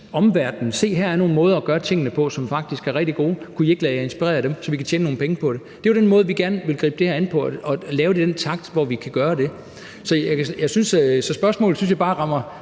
omverdenen: Se, her er nogle måder at gøre tingene på, som faktisk er rigtig gode. Kunne I ikke lade jer inspirere af dem, så vi kan tjene nogle penge på det? Det er jo den måde, vi gerne vil gribe det her an på, og vi vil gøre det i en takt, så vi kan gøre det. Så spørgsmålet synes jeg bare rammer